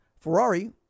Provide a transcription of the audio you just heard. Ferrari